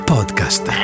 Podcast